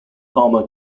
alma